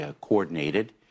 coordinated